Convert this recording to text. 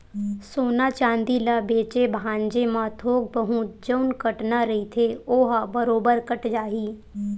सोना चांदी ल बेंचे भांजे म थोक बहुत जउन कटना रहिथे ओहा बरोबर कट जाही